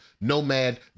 Nomad